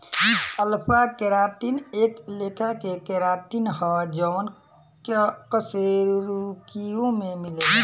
alpha keratin एक लेखा के केराटिन ह जवन कशेरुकियों में मिलेला